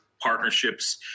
partnerships